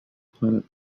planet